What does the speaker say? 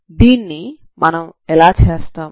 దీన్ని మనం ఎలా చేస్తాము